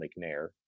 McNair